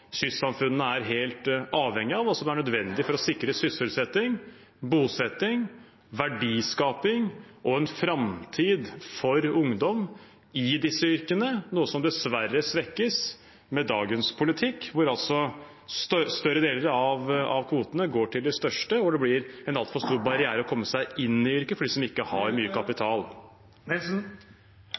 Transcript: kystsamfunnene er helt avhengige av, og som er nødvendig for å sikre sysselsetting, bosetting, verdiskaping og en framtid for ungdom i disse yrkene, noe som dessverre svekkes med dagens politikk, hvor større deler av kvotene går til de største, og hvor det blir en altfor stor barriere å komme seg inn i yrket for dem som ikke har mye kapital.